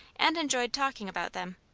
and enjoyed talking about them.